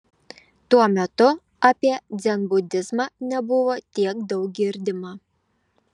tuo metu apie dzenbudizmą nebuvo tiek daug girdima